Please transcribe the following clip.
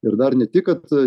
ir dar ne tik kad